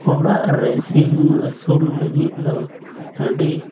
ᱚᱲᱟᱜ ᱨᱮ ᱥᱤᱢ ᱟᱹᱥᱩᱞ ᱞᱟᱹᱜᱤᱫ ᱫᱚ ᱟᱹᱰᱤ